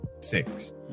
six